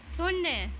शून्य